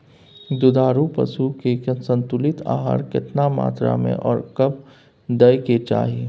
दुधारू पशुओं के संतुलित आहार केतना मात्रा में आर कब दैय के चाही?